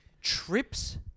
trips